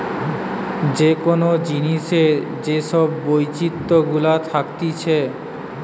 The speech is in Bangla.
যে কোন জিনিসের যে সব বৈচিত্র গুলা থাকতিছে